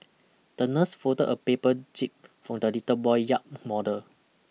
the nurse folded a paper jib for the little boy yacht model